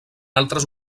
altres